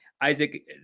Isaac